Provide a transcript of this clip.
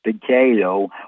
potato